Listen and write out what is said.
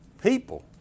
People